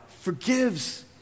forgives